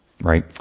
Right